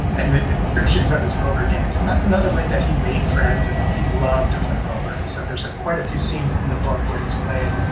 and the descriptions of his poker games. and that's another way that he made friends and he loved to play poker. so there's ah quite a few scenes in the book where he's playing. and